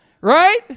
Right